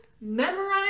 memorize